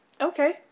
Okay